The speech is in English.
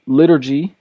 liturgy